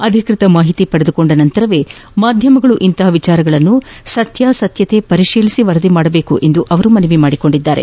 ಅಧಿಕೃತ ಮಾಹಿತಿ ಪಡೆದುಕೊಂಡ ನಂತರವೇ ಮಾಧ್ಯಮಗಳು ಇಂತಹ ವಿಷಯಗಳನ್ನು ಸತ್ಯಾಸತ್ತತೆ ಪರಿಶೀಲಿಸಿ ವರದಿ ಮಾಡಬೇಕು ಎಂದು ಮನವಿ ಅವರು ಮಾಡಿದ್ದಾರೆ